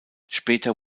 später